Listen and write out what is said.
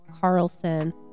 carlson